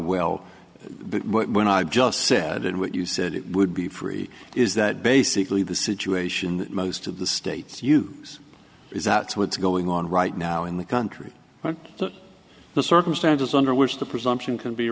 well but when i've just said and what you said it would be free is that basically the situation that most of the states use is that's what's going on right now in the country but the circumstances under which the presumption can be